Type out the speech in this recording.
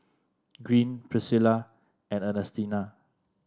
Greene Priscilla and Ernestina